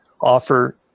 offer